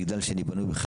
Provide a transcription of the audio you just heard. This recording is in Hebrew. מגדל שני בנוי בחלקו.